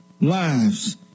lives